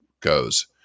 goes